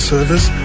Service